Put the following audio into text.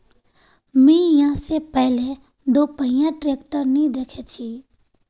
मी या से पहले दोपहिया ट्रैक्टर नी देखे छी